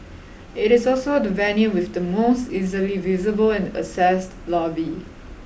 it is also the venue with the most easily visible and accessed lobby